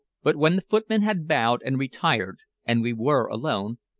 but when the footman had bowed and retired and we were alone,